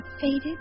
faded